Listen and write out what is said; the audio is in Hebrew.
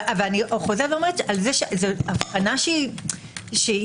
אבל אני חוזרת ואומרת זאת הבחנה שיכולה